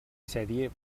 sèrie